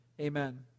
amen